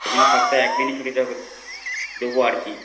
এ জন্য সপ্তাহে একদিনই ছুটি থাকুক দেব আর কী